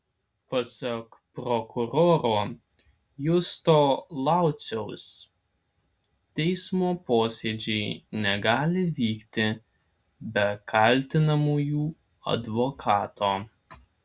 pasak prokuroro justo lauciaus teismo posėdžiai negali vykti be kaltinamųjų advokato